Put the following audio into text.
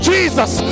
Jesus